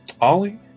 Ollie